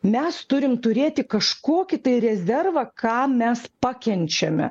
mes turim turėti kažkokį tai rezervą ką mes pakenčiame